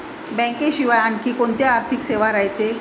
बँकेशिवाय आनखी कोंत्या आर्थिक सेवा रायते?